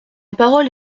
parole